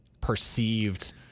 perceived